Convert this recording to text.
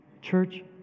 Church